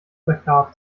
plakat